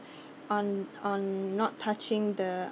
on on not touching the